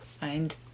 find